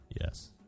Yes